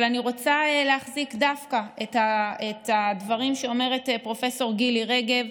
אבל אני רוצה להחזיק דווקא בדברים שאומרת פרופ' גילי רגב,